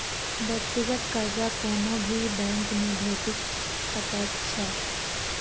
व्यक्तिगत कर्जा कोनो भी बैंकमे भेटि सकैत छै